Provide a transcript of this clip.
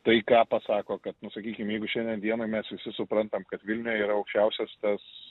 tai ką pasako kad sakykim jeigu šiandien dienai mes visi suprantam kad vilniuje yra aukščiausias tas